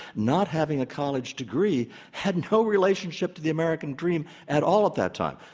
not having a college degree had no relationship to the american dream at all at that time.